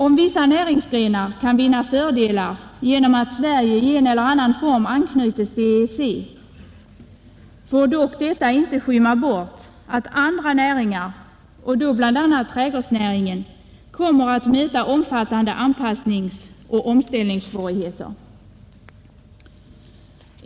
Om vissa näringsgrenar kan vinna fördelar genom att Sverige i en eller annan form anknyts till EEC, får detta dock inte undanskymma det faktum att andra näringar, bl.a. trädgårdsnäringen, kommer att möta omfattande anpassningsoch omställningssvårigheter.